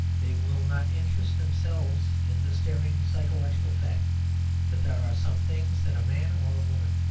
they will not interest themselves in the staring psychological fact that there are some things that a man or a woman,